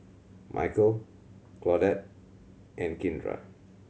Micheal Claudette and Kindra